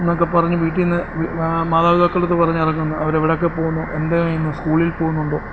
എന്നൊക്കെപ്പറഞ്ഞ് വീട്ടിൽനിന്ന് മാതാപിതാക്കളുടെ അടുത്ത് പറഞ്ഞ് ഇറങ്ങുന്നു അവർ എവിടെ ഒക്കെ പോകുന്നു എന്ത് ചെയ്യുന്നു സ്കൂളിൽ പോകുന്നുണ്ടോ